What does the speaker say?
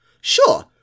Sure